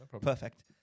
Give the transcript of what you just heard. Perfect